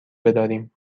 بداریم